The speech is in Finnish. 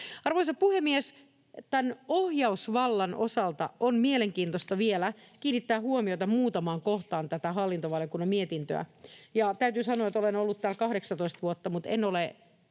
Arvoisa puhemies! Tämän ohjausvallan osalta on mielenkiintoista vielä kiinnittää huomiota muutamaan kohtaan tässä hallintovaliokunnan mietinnössä — ja täytyy sanoa, että olen täällä kahdeksattatoista vuotta, mutta en ole